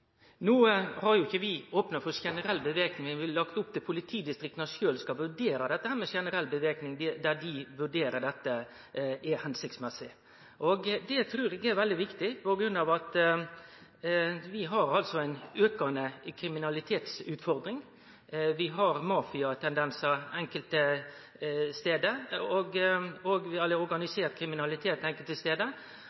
No har ikkje vi opna for generell væpning, men vi har lagt opp til at politidistrikta sjølve skal vurdere generell væpning der det kan vere hensiktsmessig. Det trur eg er veldig viktig på grunn av at vi har ei aukande utfordring når det gjeld kriminalitet, vi har mafiatendensar og organisert kriminalitet enkelte stader, og vi